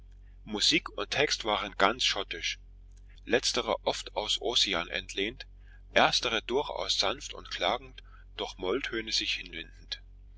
musik und text waren ganz schottisch letzterer oft aus ossian entlehnt erstere durchaus sanft und klagend durch molltöne sich hinwindend